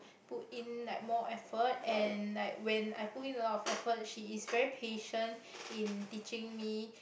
put in like more effort and like when I put in a lot of effort she is very patient in teaching me